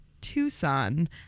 Tucson